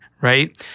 right